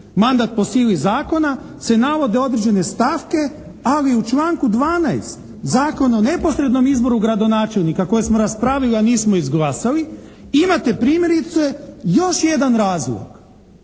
mandat po sili zakona se navode određene stavke ali u članku 12. Zakona o neposrednom izboru gradonačelnika koje smo raspravili a nismo izglasali imate primjerice još jedan razlog.